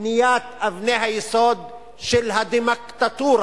בבניית אבני היסוד של הדמוקטטורה,